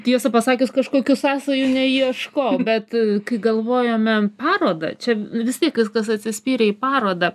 tiesą pasakius kažkokių sąsajų neieškojau bet kai galvojome parodą čia vis tiek viskas atsispyrė į parodą